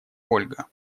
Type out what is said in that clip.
ольга